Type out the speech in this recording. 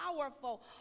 powerful